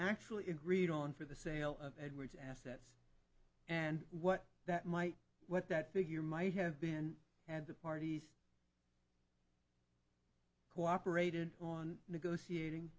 actually agreed on for the sale of edwards assets and what that might what that figure might have been and the parties cooperated on